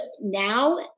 now